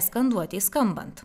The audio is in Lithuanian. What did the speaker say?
skanduotei skambant